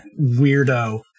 weirdo